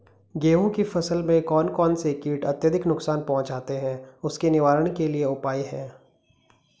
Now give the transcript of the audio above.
गेहूँ की फसल में कौन कौन से कीट अत्यधिक नुकसान पहुंचाते हैं उसके निवारण के क्या उपाय हैं?